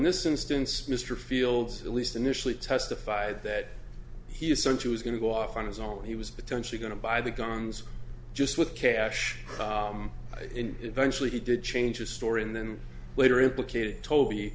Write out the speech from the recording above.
this instance mr fields at least initially testified that he asserts he was going to go off on his own he was potentially going to buy the guns just with cash in eventually he did change his story and then later implicated toby